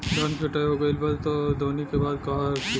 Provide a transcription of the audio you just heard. धान के कटाई हो गइल बा अब दवनि के बाद कहवा रखी?